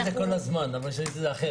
אנחנו משתמשים בזה כל הזמן, אבל משתמשים אחרת.